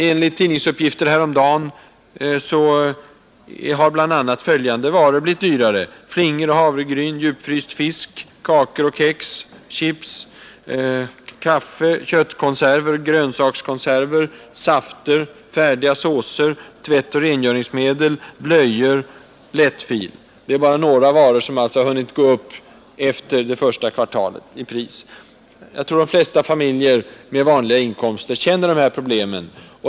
Enligt tidningsuppgifter häromdagen har bl.a. följande varor blivit dyrare: flingor, havregryn, djupfryst fisk, kakor och kex, chips, kaffe, köttkonserver, grönsakskonserver, safter, färdiga såser, tvättoch rengöringsmedel, blöjor, lättfil. Detta är alltså några varor som hunnit gå upp i pris bara efter det första kvartalet. Jag tror att de flesta familjer med vanliga inkomster känner dessa problem.